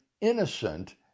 innocent